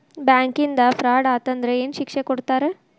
ಬ್ಯಾಂಕಿಂದಾ ಫ್ರಾಡ್ ಅತಂದ್ರ ಏನ್ ಶಿಕ್ಷೆ ಕೊಡ್ತಾರ್?